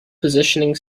positioning